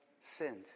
sinned